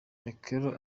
okello